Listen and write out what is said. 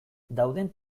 dauden